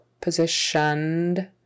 Positioned